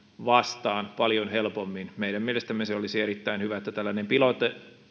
vastaan paljon helpommin meidän mielestämme se olisi erittäin hyvä että tällainen pilotti